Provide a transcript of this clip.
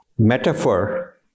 metaphor